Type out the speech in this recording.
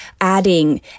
adding